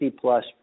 plus